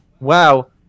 WoW